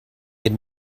had